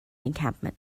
encampment